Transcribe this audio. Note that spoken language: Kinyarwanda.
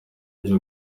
ibyo